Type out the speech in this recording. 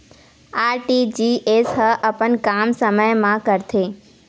RTGS ह अपन काम समय मा करथे?